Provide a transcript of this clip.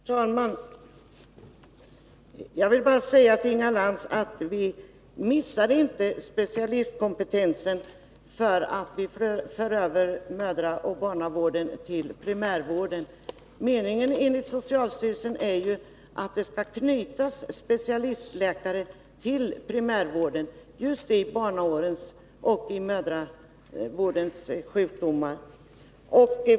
Herr talman! Jag vill bara säga till Inga Lantz att vi inte missar specialistkompetensen därför att vi för över mödraoch barnavården till primärvården. Meningen är ju enligt socialstyrelsen att specialistläkare just i barnaårens sjukdomar skall knytas till primärvården.